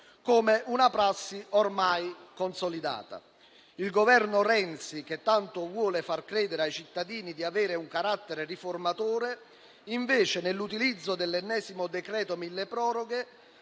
come una prassi ormai consolidata. Il Governo Renzi, che tanto vuole far credere ai cittadini di avere un carattere riformatore, invece nell'utilizzo dell'ennesimo decreto milleproroghe